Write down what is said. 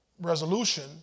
resolution